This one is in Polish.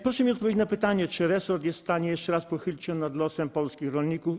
Proszę mi odpowiedzieć na pytanie, czy resort jest w stanie jeszcze raz pochylić się nad losem polskich rolników.